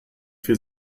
viel